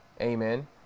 Amen